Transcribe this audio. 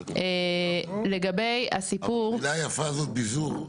לגבי הסיפור --- מילה יפה זו ביזור.